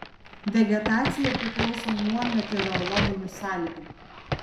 vegetacija priklauso nuo meteorologinių sąlygų